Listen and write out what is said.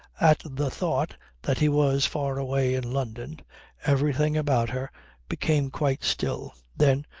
at the thought that he was far away in london everything about her became quite still. then,